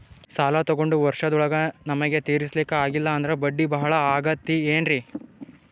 ಸಾಲ ತೊಗೊಂಡು ವರ್ಷದೋಳಗ ನಮಗೆ ತೀರಿಸ್ಲಿಕಾ ಆಗಿಲ್ಲಾ ಅಂದ್ರ ಬಡ್ಡಿ ಬಹಳಾ ಆಗತಿರೆನ್ರಿ?